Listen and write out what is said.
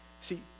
See